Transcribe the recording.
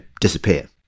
disappear